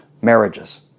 marriages